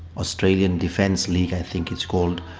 australian defence league i think it's called,